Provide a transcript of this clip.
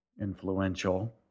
influential